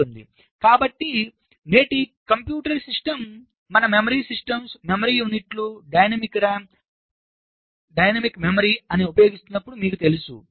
కాబట్టి నేటి computer system మనం మెమరీ సిస్టమ్స్ మెమరీ యూనిట్లు డైనమిక్ ర్యామ్ డైనమిక్ మెమరీ అని ఉపయోగిస్తున్నప్పుడు మీకు తెలుసు